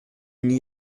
n’y